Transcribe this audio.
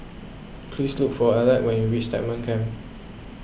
please look for Alec when you reach Stagmont Camp